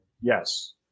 Yes